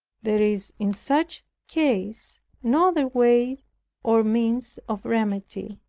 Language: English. there is in such case no other way or means of remedy,